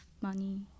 money